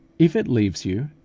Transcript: if it leaves you,